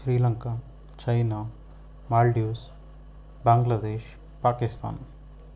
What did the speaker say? Sri Lanka China Maldives Bangladesh Pakistan